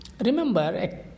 remember